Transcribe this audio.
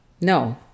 No